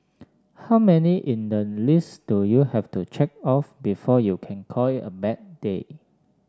how many in the list do you have to check off before you can call it a bad day